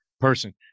person